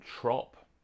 Trop